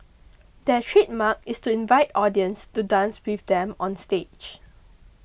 their trademark is to invite audience to dance with them onstage